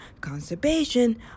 constipation